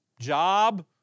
job